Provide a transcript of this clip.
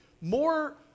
more